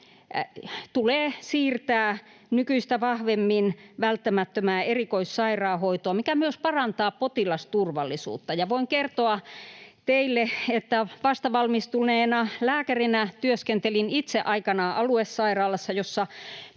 tulee siirtää nykyistä vahvemmin välttämättömään erikoissairaanhoitoon, mikä myös parantaa potilasturvallisuutta. Voin kertoa teille, että vastavalmistuneena lääkärinä työskentelin itse aikanaan aluesairaalassa, jossa